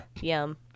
Yum